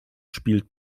spielt